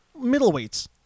middleweights